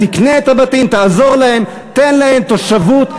תקנה את הבתים, תעזור להם, תן להם תושבות.